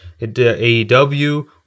AEW